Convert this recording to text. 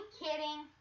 kidding